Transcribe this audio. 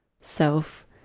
self